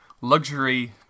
luxury